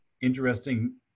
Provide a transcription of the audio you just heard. interesting